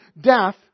death